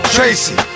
Tracy